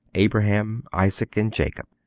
abraham, isaac, and jacob.